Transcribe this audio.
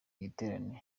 giterane